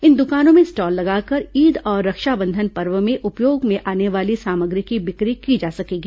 इन दुकानों में स्टॉल लगाकर ईद और रक्षाबंधन पर्व में उपयोग आने वाली सामग्री की बिक्री की जा सकेगी